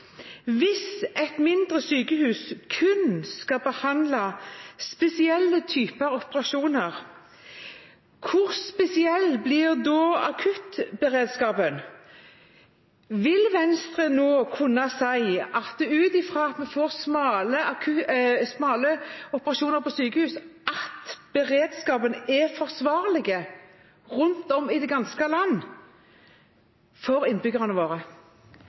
Hvis et mindre sykehus kun skal foreta spesielle typer operasjoner, hvor spesiell blir da akuttberedskapen? Vil Venstre nå kunne si – ut fra at vi får «smale» operasjoner på sykehus – at beredskapen for innbyggerne våre er forsvarlig rundt om i det ganske land?